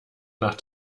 nach